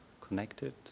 connected